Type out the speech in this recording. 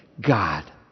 God